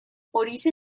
horixe